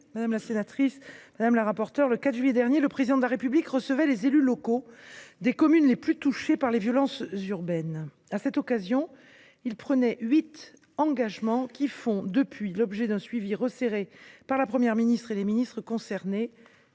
mesdames, messieurs les sénateurs, le 4 juillet dernier, le Président de la République recevait les élus locaux des communes les plus touchées par les violences urbaines. À cette occasion, il prenait huit engagements, qui font depuis l’objet d’un suivi resserré par la Première ministre et les ministres concernés.